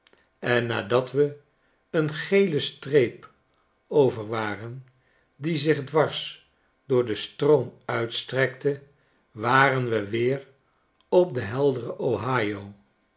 en nadat we een gele streep over waren die zich dwars door den stroom uitstrekte waren we weer op den helderen